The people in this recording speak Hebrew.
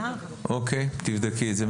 אוקיי, תבדקי את זה.